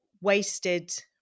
wasted